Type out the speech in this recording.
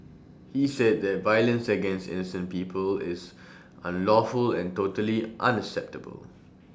he said that violence against incent people is unlawful and totally unacceptable